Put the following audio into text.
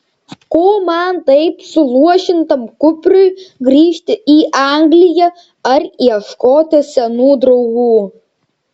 ko man taip suluošintam kupriui grįžti į angliją ar ieškoti senų draugų